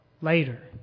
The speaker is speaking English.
later